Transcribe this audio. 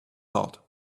hard